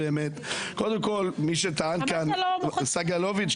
כל אחד בתחום האחריות של משרדו,